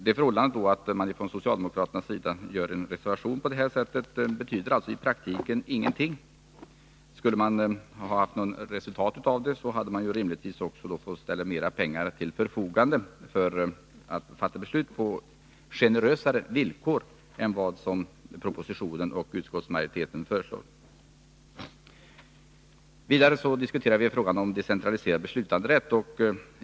Det förhållandet att socialdemokraterna avger en reservation betyder i praktiken ingenting. Skulle de ha uppnått något resultat skulle de rimligtvis ha fått ställa mer pengar till förfogande, så att det skulle bli möjligt att fatta ett beslut på generösare villkor än propositionen och utskottsmajoriteten föreslår. Vidare diskuterar vi frågan om decentraliserad beslutanderätt.